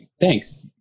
Thanks